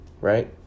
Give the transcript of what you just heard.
right